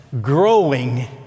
Growing